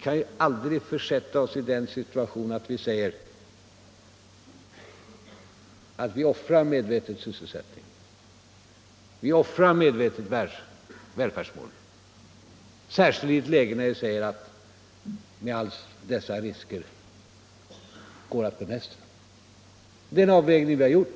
kan vi aldrig försätta oss i den situationen att vi medvetet offrar sysselsättningen och välfärdsmålen, särskilt inte i ett läge när allt tyder på att dessa risker går att bemästra. Det är den avvägningen vi har gjort.